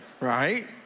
Right